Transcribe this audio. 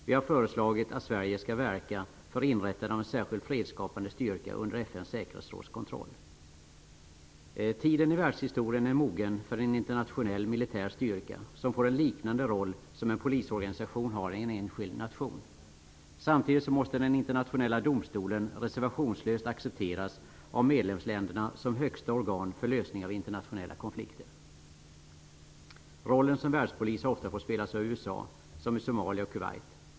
Vi har föreslagit att Sverige skall verka för inrättande av en särskild fredsskapande styrka under FN:s säkerhetsråds kontroll. Sett till världshistorien är tiden nu mogen för en internationell militär styrka som får en liknande roll som en polisorganisation har i en enskild nation. Samtidigt måste den internationella domstolen reservationslöst accepteras av medlemsländerna som högsta organ för lösning av internationella konflikter. Rollen som världspolis har ofta fått spelas av USA, t.ex. i Somalia och Kuwait.